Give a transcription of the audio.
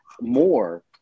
more